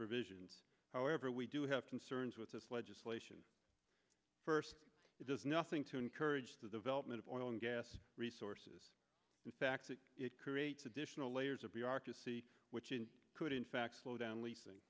provisions however we do have concerns with this legislation first it does nothing to encourage the development of oil and gas resources the fact that it creates additional layers of bureaucracy which could in fact slow down leasing